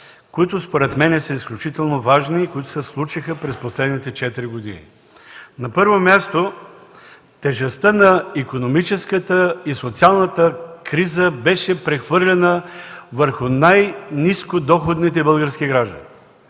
които според мен са изключително важни и които се случиха през последните четири години. На първо място, тежестта на икономическата и социалната криза беше прехвърлена върху най-ниско доходните български граждани.